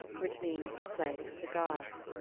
which means the place of the gods.